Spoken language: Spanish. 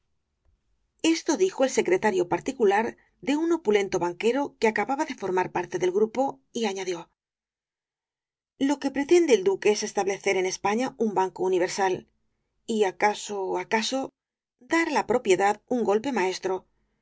esto dijo el secretario particular de un opulento banquero que acababa de formar parte del grupo y añadió lo que pretende el duque es establecer en españa un banco universal y acaso acaso dar á la propiedad un golpe maestro